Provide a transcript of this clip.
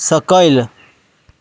सकयल